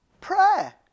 prayer